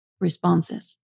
responses